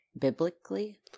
biblically